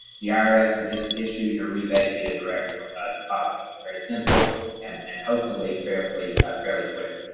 the irs will just issue your rebate via direct deposit. very simple and and hopefully fairly fairly quick.